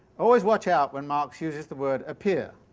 always watch out when marx uses the word appear.